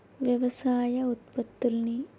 వ్యవసాయ ఉత్పత్తుల్ని